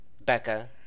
Becca